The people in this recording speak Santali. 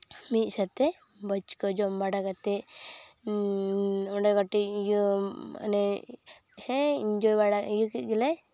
ᱢᱤᱫ ᱥᱟᱶᱛᱮ ᱵᱷᱚᱡ ᱠᱚ ᱡᱚᱢ ᱵᱟᱲᱟ ᱠᱟᱛᱮᱫ ᱚᱸᱰᱮ ᱠᱟᱹᱴᱤᱡ ᱤᱭᱟᱹ ᱚᱱᱮ ᱦᱮᱸ ᱤᱭᱟᱹ ᱵᱟᱲᱟ ᱤᱭᱟᱹ ᱠᱮᱫ ᱜᱮᱞᱮ